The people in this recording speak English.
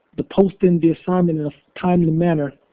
the posting the assignment in a timely manner.